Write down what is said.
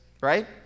right